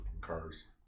cars